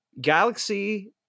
Galaxy